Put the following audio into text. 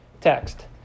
text